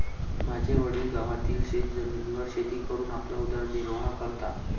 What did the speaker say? माझे वडील गावातील शेतजमिनीवर शेती करून आपला उदरनिर्वाह करतात